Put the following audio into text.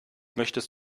möchtest